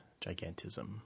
gigantism